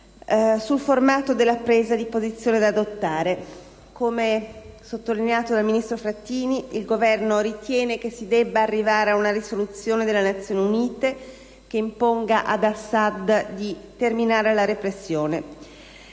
sul formato della presa di posizione da adottare. Come sottolineato dal ministro Frattini, il Governo ritiene che si debba arrivare ad una risoluzione delle Nazioni Unite che imponga ad Assad di terminare la repressione.